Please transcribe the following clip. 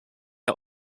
are